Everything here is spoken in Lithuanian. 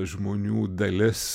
žmonių dalis